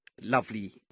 lovely